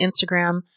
Instagram